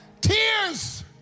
Tears